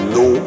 no